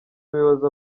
muyobozi